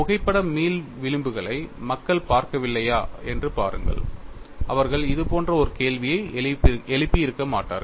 புகைப்பட மீள் விளிம்புகளை மக்கள் பார்க்கவில்லையா என்று பாருங்கள் அவர்கள் இது போன்ற ஒரு கேள்வியை எழுப்பியிருக்க மாட்டார்கள்